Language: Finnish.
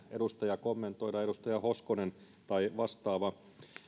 edustaja kommentoida edustaja hoskonen tai vastaava